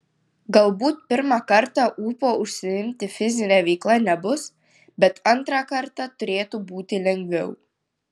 galbūt pirmą kartą ūpo užsiimti fizine veikla nebus bet antrą kartą turėtų būti lengviau